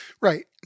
Right